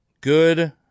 good